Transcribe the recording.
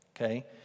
okay